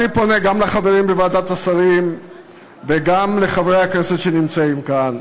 אני פונה גם לחברים בוועדת השרים וגם לחברי הכנסת שנמצאים כאן: